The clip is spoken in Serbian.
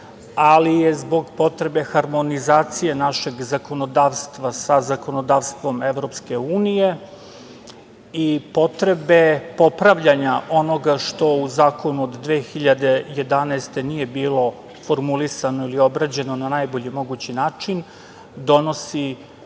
ali je zbog potrebe harmonizacije našeg zakonodavstva sa zakonodavstvom EU i potrebe popravljanja onoga što u zakonu od 2011. godine nije bilo formulisano i obrađeno na najbolji mogući način, donosi